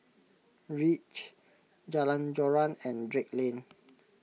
Reach Jalan Joran and Drake Lane